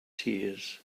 tears